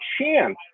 chance